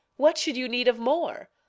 what should you need of more?